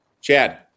Chad